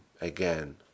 again